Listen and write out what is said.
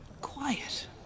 quiet